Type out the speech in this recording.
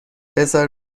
بزار